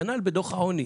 כנ"ל בדוח העוני